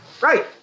Right